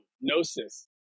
gnosis